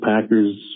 Packers